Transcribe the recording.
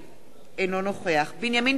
אינו נוכח בנימין בן-אליעזר,